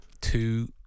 two